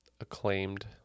acclaimed